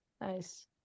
nice